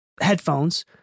headphones